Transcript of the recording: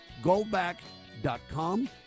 goldback.com